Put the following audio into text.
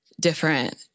different